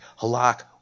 Halak